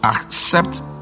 accept